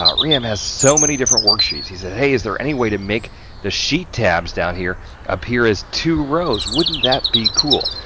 riham has so many different worksheets, he said hey, is there any way to make the sheet tabs down here appear as two rows, wouldn't that be cool?